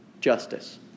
justice